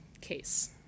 case